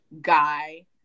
guy